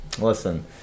Listen